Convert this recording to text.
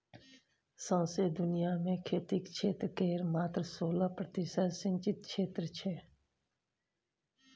सौंसे दुनियाँ मे खेतीक क्षेत्र केर मात्र सोलह प्रतिशत सिचिंत क्षेत्र छै